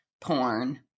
porn